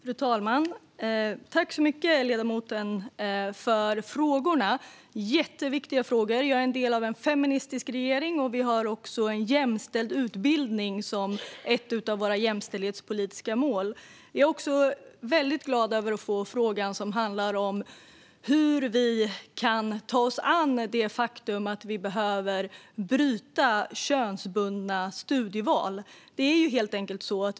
Fru talman! Tack så mycket, ledamoten, för frågorna! Det är jätteviktiga frågor. Jag är en del av en feministisk regering, och vi har jämställd utbildning som ett av våra jämställdhetspolitiska mål. Jag är glad över att få frågan som handlar om hur vi kan ta oss an det faktum att vi behöver bryta könsbundna studieval.